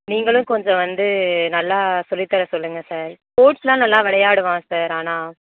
நீங்களும் கொஞ்சம் வந்து நல்லா சொல்லித்தர சொல்லுங்கள் சார் ஸ்போர்ட்ஸ் எல்லாம் நல்ல விளையாடுவான் சார் ஆனால்